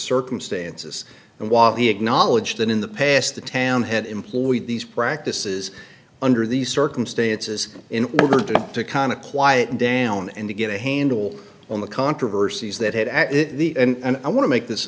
circumstances and while the acknowledge that in the past the town had employed these practices under these circumstances in order to kind of quiet down and to get a handle on the controversies that had at the end i want to make this